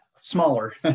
smaller